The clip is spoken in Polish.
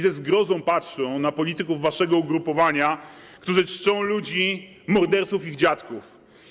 Ze zgrozą patrzą na polityków waszego ugrupowania, którzy czczą morderców ich dziadków.